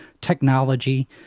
technology